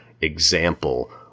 example